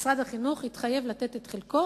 משרד החינוך התחייב לתת את חלקו,